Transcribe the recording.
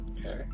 Okay